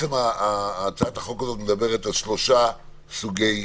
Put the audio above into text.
הצעת החוק הזאת מדברת על שלושה סוגי